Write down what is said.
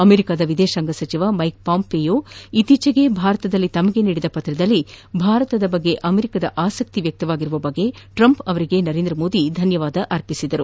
ಅಮೆರಿಕದ ವಿದೇಶಾಂಗ ಸಚಿವ ಮೈಕ್ ಪಾಂಪೆಯೋ ಅವರು ಇತ್ತೀಚೆಗೆ ಭಾರತದಲ್ಲಿ ತಮಗೆ ನೀಡಿದ ಪತ್ರದಲ್ಲಿ ಭಾರತದ ಬಗ್ಗೆ ಅಮೆರಿಕಾ ಆಸಕ್ತಿ ವ್ಯಕ್ತಪಡಿಸಿರುವ ಟ್ರಂಪ್ ಅವರಿಗೆ ನರೇಂದ್ರ ಮೋದಿ ಧನ್ಯವಾದ ಅರ್ಪಿಸಿದರು